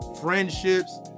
friendships